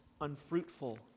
unfruitful